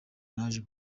naje